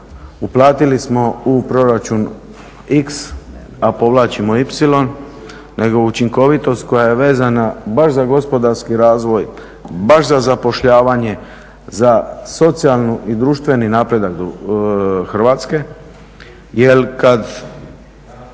uplatili smo u proračun x, a povlačimo y, nego učinkovitost koja je vezana baš za gospodarski razvoj, baš za zapošljavanje, za socijalni i društveni napredak Hrvatske jer kad